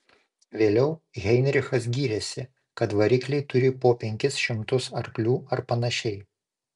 vėliau heinrichas gyrėsi kad varikliai turi po penkis šimtus arklių ar panašiai